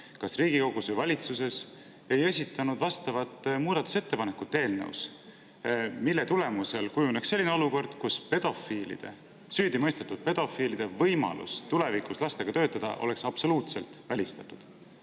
kas Riigikogus või valitsuses ei esitanud muudatusettepanekut, mille tulemusel kujuneks selline olukord, kus süüdimõistetud pedofiilide võimalus tulevikus lastega töötada oleks absoluutselt välistatud?